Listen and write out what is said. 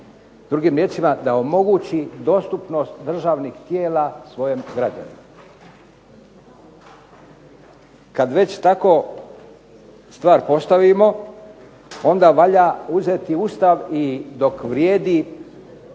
Drugim riječima da omogući dostupnost državnih tijela svojem građaninu. Kad već tako stvar postavimo, onda valja uzeti Ustav i dok vrijedi